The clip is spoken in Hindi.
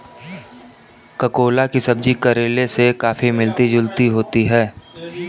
ककोला की सब्जी करेले से काफी मिलती जुलती होती है